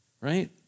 right